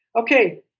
okay